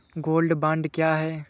Gold bond क्या है?